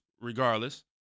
regardless